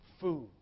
Food